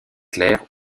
clairs